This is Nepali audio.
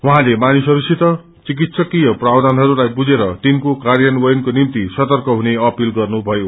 उहाँले मानिसहरूसित चिकित्सकीय प्रावधानहरूलाई बुझेर तिनको कार्यान्ययपनको निम्ति सर्तक हुने अपील गर्नुभयो